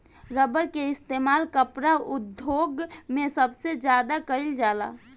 rubber के इस्तेमाल कपड़ा उद्योग मे सबसे ज्यादा कइल जाला